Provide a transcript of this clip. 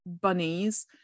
bunnies